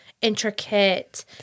intricate